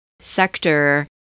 sector